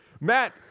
matt